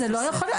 זה לא יכול להיות,